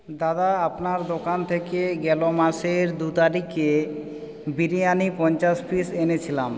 দাদা আপনার দোকান থেকে গেলো মাসের দুতারিখে বিরিয়ানি পঞ্চাশ পিস এনেছিলাম